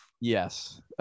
yes